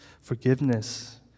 forgiveness